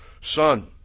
son